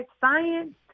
science